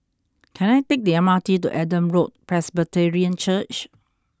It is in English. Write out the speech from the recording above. can I take the M R T to Adam Road Presbyterian Church